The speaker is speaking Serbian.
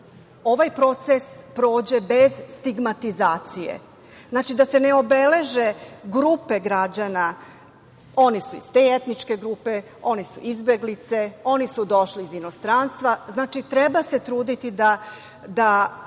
ovaj proces prođe bez stigmatizacije. Znači, da se ne obeleže grupe građana – oni su iz te etničke grupe, oni su izbeglice, oni su došli iz inostranstva, znači, treba se truditi da